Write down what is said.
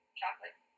chocolate